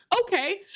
Okay